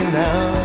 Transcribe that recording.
now